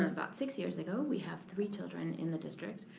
about six years ago. we have three children in the district.